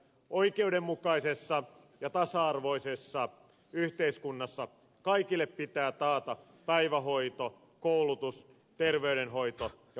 oikeudenmukaisessa ja tasa arvoisessa yhteiskunnassa kaikille pitää taata päivähoito koulutus terveydenhoito ja vanhuspalvelut